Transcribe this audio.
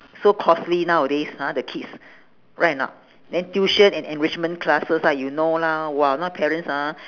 so costly nowadays ha the kids right or not then tuition and enrichment classes ah you know lah !wah! now parents ah